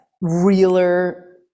realer